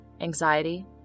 anxiety